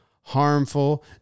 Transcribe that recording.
harmful